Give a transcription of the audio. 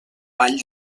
vall